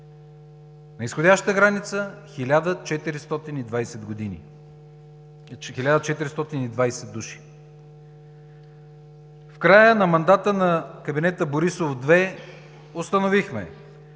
на изходяща граница – 1420 души. В края на мандата на кабинета Борисов 2 установихме,